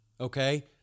okay